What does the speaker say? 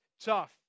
tough